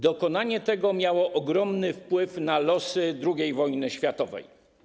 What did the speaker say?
Dokonanie tego miało ogromny wpływ na losy II wojny światowej.